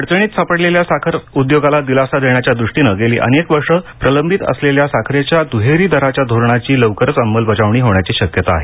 अडचणीत सापडलेल्या साखर उद्योगाला दिलासा देण्याच्या दुष्टीनं गेली अनेक वर्षे प्रलंबित असलेल्या साखरेच्या दुहेरी दराच्या धोरणाची लवकरच अंमलबजावणी होण्याची शक्यता आहे